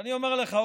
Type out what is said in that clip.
ואני אומר לך,